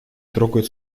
трогает